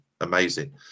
amazing